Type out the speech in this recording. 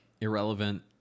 irrelevant